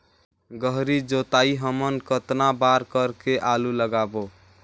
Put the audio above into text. गहरी जोताई हमन कतना बार कर के आलू लगाबो?